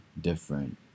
different